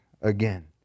again